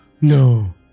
no